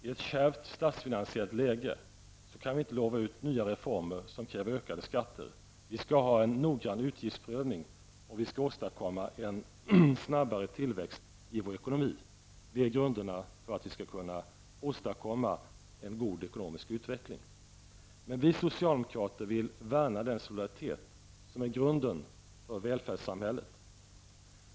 I ett kärvt statsfinansiellt läge kan vi inte utlova nya reformer som kräver ökade skatter. Vi skall ha en nogrann utgiftsprövning och åstadkomma en snabbare tillväxt i vår ekonomi. Det är grunderna för att vi skall kunna åstadkomma en god ekonomisk utveckling. Vi socialdemokrater vill värna den solidaritet som är grunden för välfärdssamhället.